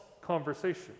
conversation